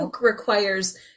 requires